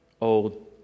old